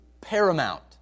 paramount